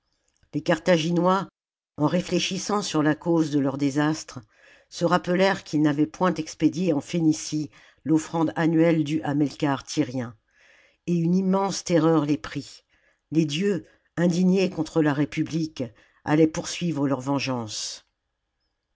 les carthaginois en réfléchissant sur la cause de leurs désastres se rappelèrent qu'ils n'avaient point expédié en phénicie l'offrande annuelle due à melkarth tjrien et une immense terreur les prit les dieux indignés contre la république allaient poursuivre leur vengeance